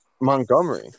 Montgomery